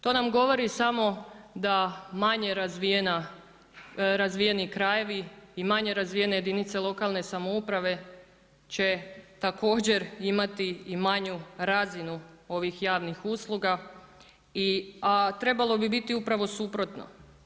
To nam govori samo da manje razvijeni krajevi i manje razvijene jedinice lokalne samouprave će također imati i manju razinu ovih javnih usluga a trebalo bi biti upravo suprotno.